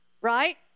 Right